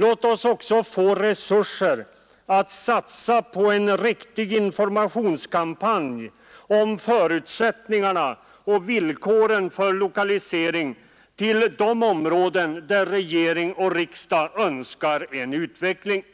Låt oss också få resurser att satsa på en riktig informationskampanj om förutsättningarna för lokalisering till de områden där regering och riksdag önskar en utveckling!